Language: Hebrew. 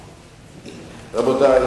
רבותי,